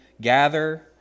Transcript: gather